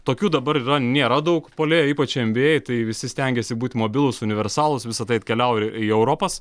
tokių dabar yra nėra daug puolėjų ypač en bi ei tai visi stengiasi būt mobilūs universalūs visa tai atkeliauja ir į europos